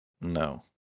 No